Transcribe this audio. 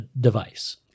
device